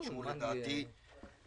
לדעתי,